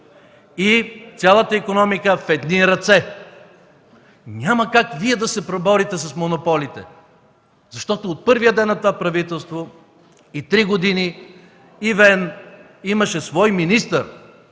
и цялата икономика в едни ръце! Няма как да се преборите с монополите, защото от първия ден на това правителство – общо три години, EVN имаше свой министър